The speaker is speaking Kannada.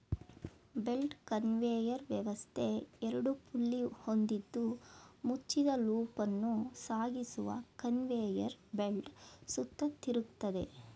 ಬೆಲ್ಟ್ ಕನ್ವೇಯರ್ ವ್ಯವಸ್ಥೆ ಎರಡು ಪುಲ್ಲಿ ಹೊಂದಿದ್ದು ಮುಚ್ಚಿದ ಲೂಪನ್ನು ಸಾಗಿಸುವ ಕನ್ವೇಯರ್ ಬೆಲ್ಟ್ ಸುತ್ತ ತಿರುಗ್ತದೆ